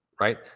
right